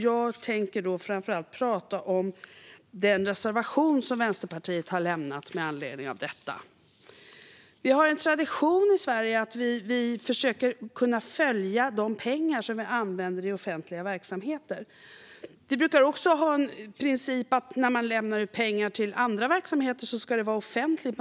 Jag tänker framför allt tala om den reservation som Vänsterpartiet har med anledning av detta. I Sverige har vi en tradition av att kunna följa de pengar som vi använder i offentliga verksamheter. Vi brukar också ha principen att när man lämnar ut pengar till andra verksamheter ska det vara offentligt.